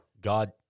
God